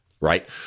Right